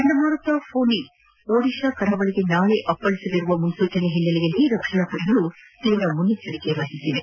ಚಂಡಮಾರುತ ಫನಿ ಒದಿಶಾ ಕರಾವಳಿಗೆ ನಾಳಿ ಅಪ್ಪಳಿಸಲಿರುವ ಮುನ್ಪೂಚನೆ ಹಿನ್ಸೆಲೆಯಲ್ಲಿ ರಕ್ಷಣಾ ಪಡೆಗಳು ತೀವ್ರ ಮುನ್ನೆಚ್ಚರಿಕೆ ಹೊಂದಿವೆ